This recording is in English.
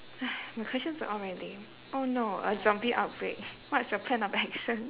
my questions are all very lame oh no a zombie outbreak what's your plan of action